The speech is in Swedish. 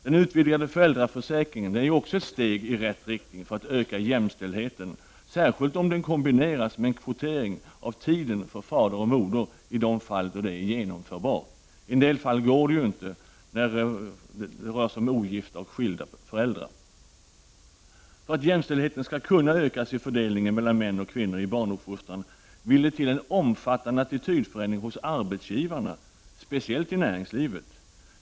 Den utvidgade föräldraförsäkringen är också ett steg i rätt riktning för att öka jämställdheten, särskilt om den kombineras med en kvotering av tiden för fader och moder i de fall där detta är genomförbart. I en del fall går det inte, t.ex. när det rör sig om ogifta eller skilda föräldrar. För att kunna öka jämställdheten i fråga om fördelningen mellan män och kvinnor i barnuppfostran vill det till en omfattande attitydförändring hos arbetsgivarna, speciellt i näringslivet.